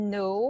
no